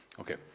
okay